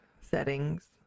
settings